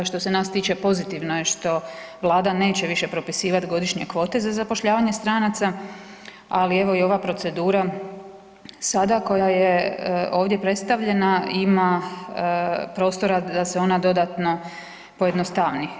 Što se nas tiče, pozitivno je što Vlada neće više propisivati godišnje kvote za zapošljavanje stranaca, ali evo i ova procedura sada koja je ovdje predstavljena, ima prostora da se ona dodatno pojednostavni.